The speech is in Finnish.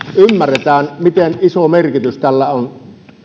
ymmärretään miten iso merkitys tällä on